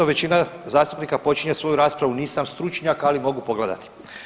Većina zastupnika počinje svoju raspravu nisam stručnjak, ali mogu pogledati.